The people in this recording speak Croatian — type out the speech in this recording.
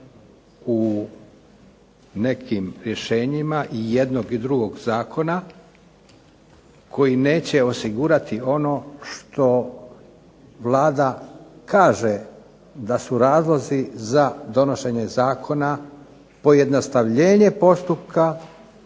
u nekim rješenjima i jednog i drugog zakona koji neće osigurati ono što Vlada kaže da su razlozi za donošenje zakona pojednostavljenje postupka